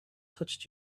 touched